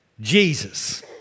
Jesus